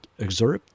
Excerpt